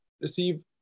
receive